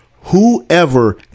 whoever